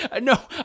No